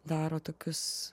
daro tokius